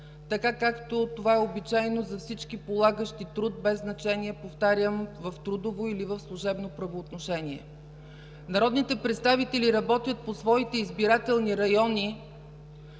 ден, както това е обичайно за всички полагащи труд, без значение, повтарям, по трудово или по служебно правоотношение. Народните представители работят по своите избирателни райони